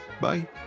Bye